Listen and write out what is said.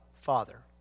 Father